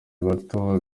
bato